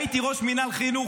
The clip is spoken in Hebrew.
הייתי ראש מינהל חינוך,